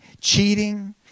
cheating